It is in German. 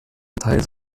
teils